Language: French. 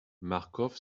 marcof